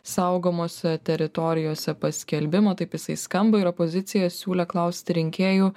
saugomose teritorijose paskelbimo taip jisai skamba ir opozicija siūlė klausti rinkėjų